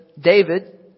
David